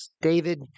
David